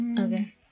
Okay